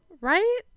right